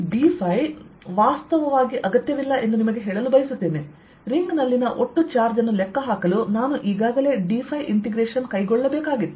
ಈ dϕ ವಾಸ್ತವವಾಗಿ ಅಗತ್ಯವಿಲ್ಲ ಎಂದು ನಿಮಗೆ ಹೇಳಲು ಬಯಸುತ್ತೇನೆ ರಿಂಗ್ನಲ್ಲಿನ ಒಟ್ಟು ಚಾರ್ಜ್ ಅನ್ನು ಲೆಕ್ಕ ಹಾಕಲು ನಾನು ಈಗಾಗಲೇ dϕ ಇಂಟೆಗ್ರೇಶನ್ ಕೈಗೊಳ್ಳಬೇಕಾಗಿತ್ತು